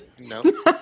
No